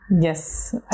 Yes